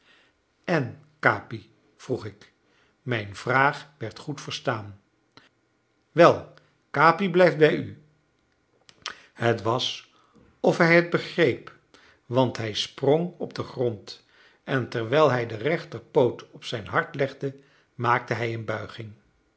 en capi vroeg ik mijn vraag werd goed verstaan wel capi blijft bij u het was of hij het begreep want hij sprong op den grond en terwijl hij den rechterpoot op zijn hart legde maakte hij een buiging